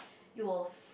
you'll